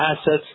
assets